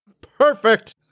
Perfect